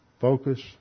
focus